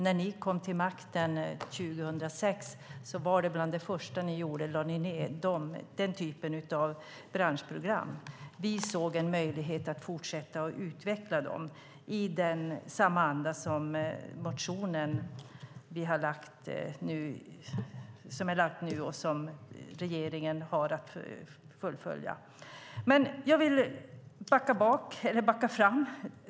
Bland det första ni gjorde när ni kom till makten 2006 var att lägga ned den typen av branschprogram. Vi såg en möjlighet att fortsätta att utveckla dem, i samma anda som i den motion som har väckts och som regeringen har att fullfölja. Jag vill se framåt.